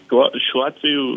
tuo šiuo atveju